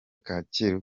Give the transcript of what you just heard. kacyiru